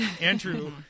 Andrew